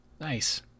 Nice